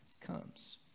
comes